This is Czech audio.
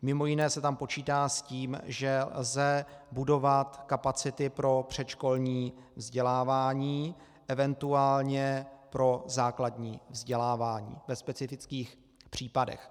Mimo jiné se tam počítá s tím, že lze budovat kapacity pro předškolní vzdělávání, eventuálně pro základní vzdělávání ve specifických případech.